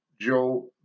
Joe